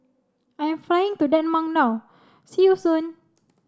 I am flying to Denmark now see you soon